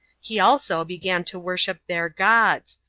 he also began to worship their gods,